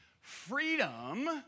Freedom